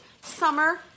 summer